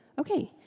Okay